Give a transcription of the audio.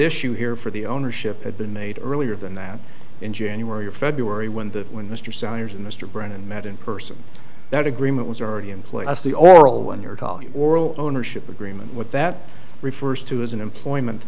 issue here for the ownership had been made earlier than that in january or february when that when mr signers in mr brennan met in person that agreement was already in place the oral when you're talking oral ownership agreement what that refers to as an employment